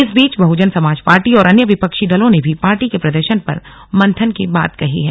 इस बीच बहुजन समाज पार्टी और अन्य विपक्षी दलों ने भी पार्टी के प्रदर्शन पर मंथन की बात कही है